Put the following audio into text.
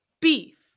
beef